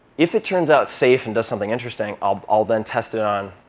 if it turns out safe and does something interesting, i'll i'll then test it on,